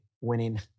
winning